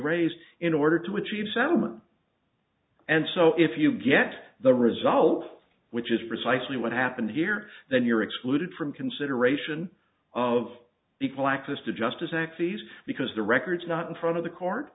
raised in order to achieve settlement and so if you get the result which is precisely what happened here then you're excluded from consideration of equal access to justice axes because the records not in front of the court